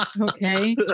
Okay